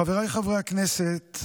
חבריי חברי הכנסת,